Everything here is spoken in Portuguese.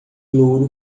louro